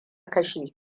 kashe